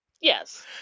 Yes